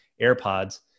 AirPods